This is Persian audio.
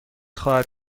خواهد